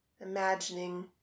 Imagining